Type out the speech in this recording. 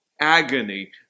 agony